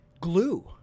Glue